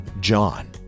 John